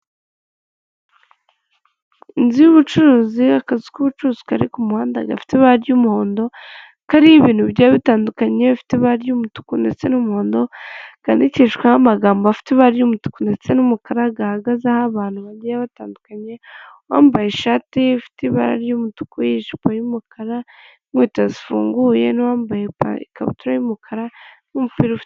Inzu y'ubucuruzi, akazu k'ubucuruzi kari ku muhanda gafite ibara ry'umuhondo, kari ibintu bigiye bitandukanye iyo bifite ibara ry'umutuku ndetse n'umuhondo, kandikishwaho amagambo afite ibara ry'umutuku ndetse n'umukara, gahagaze aho abantu bagiye batandukanye, uwambaye ishati ifite ibara ry'umutuku, ijipo y'umukara inkweto zifunguye n'uwambaye pa ikabutura y'umukara n'umupira ufi.